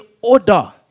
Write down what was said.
order